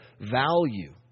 value